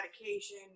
medication